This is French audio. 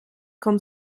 comme